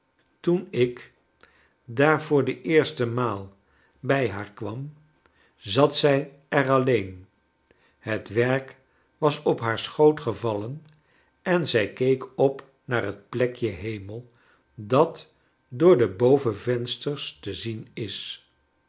toen ik daar voor de eerste maal bij haar kwam zat zij el alleen het werk was op haar schoot gevallen en zij keek op naar het plekje hemel dat door de bovenvensters te zien is